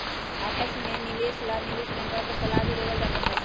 आपस के निवेश ला निवेश बैंकवा से सलाह भी लेवल जा सका हई